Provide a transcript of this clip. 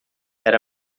era